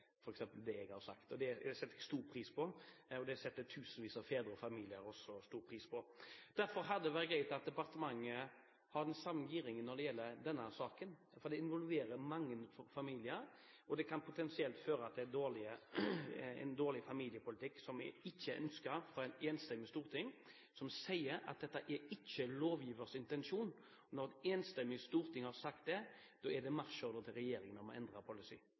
det jeg har sagt. Det setter jeg stor pris på. Det setter tusenvis av fedre og familier også stor pris på. Derfor hadde det vært greit at departementet hadde det samme giret når det gjelder denne saken, for det involverer mange familier og kan potensielt føre til en dårlig familiepolitikk, noe et enstemmig storting, som sier at dette ikke er lovgivers intensjon, ikke ønsker. Når et enstemmig storting har sagt det, er det en marsjordre til regjeringen om å endre